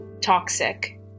toxic